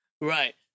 Right